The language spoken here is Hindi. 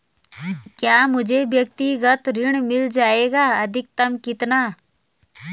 क्या मुझे व्यक्तिगत ऋण मिल जायेगा अधिकतम कितना?